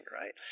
right